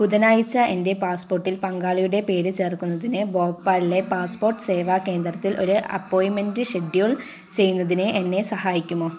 ബുധനാഴ്ച എൻ്റെ പാസ്പോർട്ടിൽ പങ്കാളിയുടെ പേര് ചേർക്കുന്നതിന് ഭോപ്പാലിലെ പാസ്പോർട്ട് സേവാ കേന്ദ്രത്തിൽ ഒര് അപ്പോയിൻ്റ്മെൻ്റ് ഷെഡ്യൂൾ ചെയ്യുന്നതിന് എന്നെ സഹായിക്കുമോ